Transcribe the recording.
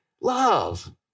Love